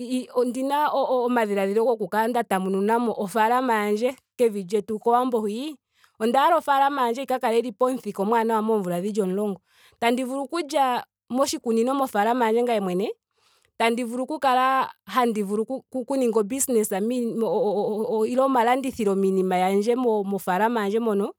ii- ondina o- omadhiladhilo goku kala nda tanununamo ofaalama yandje kevi lyetu kowambo hwii. Onda hala ofaalama yandje yi ka kale yili pomuthika omwaanawa moomvula dhili omulongo. Tandi vulu okulya moshikunino mofaalama yandje ngame mwene. tandi vulu oku kala handi vulu oku- oku ninga o business miii o- o- nenge omalandithilo miinima yandje mofalama yandje mono